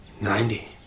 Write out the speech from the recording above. Ninety